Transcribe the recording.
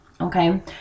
okay